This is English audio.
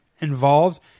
involved